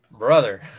brother